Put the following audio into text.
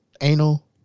anal